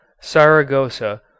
saragossa